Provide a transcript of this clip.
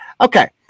okay